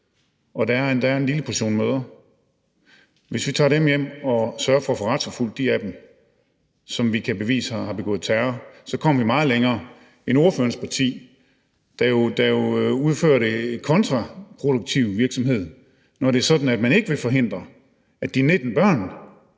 og der er endda en lille portion mødre. Hvis vi tager dem hjem og sørger for at få retsforfulgt dem, som vi kan bevise har begået terror, kommer vi meget længere end ordførerens parti, der jo udfører en kontraproduktiv virksomhed, når det er sådan, at man ikke vil forhindre, at de 19 børn